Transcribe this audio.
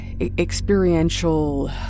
experiential